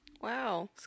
Wow